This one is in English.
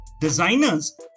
designers